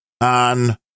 on